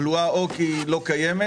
היא בלועה או כי היא לא קיימת,